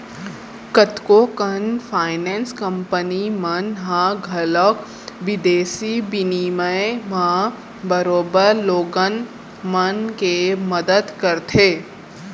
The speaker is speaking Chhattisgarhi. कतको कन फाइनेंस कंपनी मन ह घलौक बिदेसी बिनिमय म बरोबर लोगन मन के मदत करथे